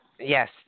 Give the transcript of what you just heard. Yes